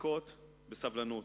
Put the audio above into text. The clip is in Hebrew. לחכות בסבלנות.